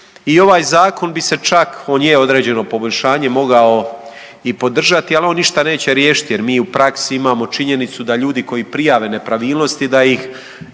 i ovaj zakon bi se čak, on je određeno poboljšanje mogao i podržati ali on ništa neće riješiti jer mi u praksi imamo činjenicu da ljudi koji prijave nepravilnosti da ih